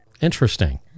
Interesting